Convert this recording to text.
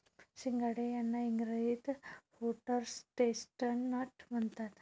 सिंघाडे यांना इंग्रजीत व्होटर्स चेस्टनट म्हणतात